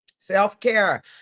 Self-care